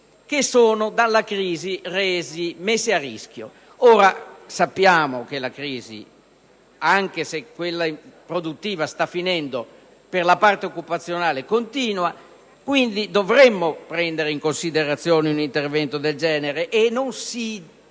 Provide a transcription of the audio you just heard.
che sono dalla crisi messe a rischio. Sappiamo che la crisi, anche se quella produttiva sta finendo, per la parte occupazionale continua, quindi dovremo prendere in considerazione un intervento del genere. Non ha senso